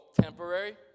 temporary